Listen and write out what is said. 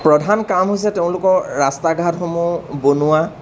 প্ৰধান কাম হৈছে তেওঁলোকৰ ৰাস্তা ঘাটসমূহ বনোৱা